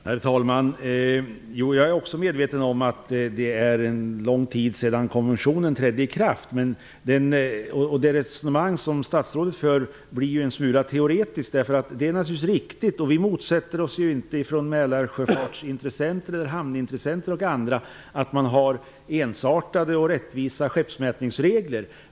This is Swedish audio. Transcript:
Herr talman! Jag är också medveten om att det är en lång tid sedan konventionen trädde i kraft. Det resonemang som statsrådet för blir en smula teoretiskt. Vi motsätter oss inte från Mälarsjöfar tens och andra intressenters sida att det finns en sartade och rättvisa skeppsmätningsregler.